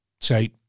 say